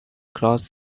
cross